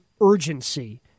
urgency